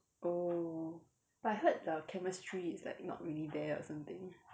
oh but I heard the chemistry is like not really there or something